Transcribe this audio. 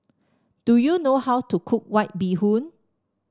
do you know how to cook White Bee Hoon